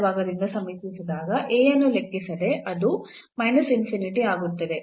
ಎಡಭಾಗದಿಂದ ಸಮೀಪಿಸಿದಾಗ A ಅನ್ನು ಲೆಕ್ಕಿಸದೆ ಅದು ಆಗುತ್ತದೆ